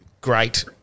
great